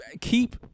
keep